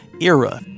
era